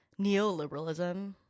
neoliberalism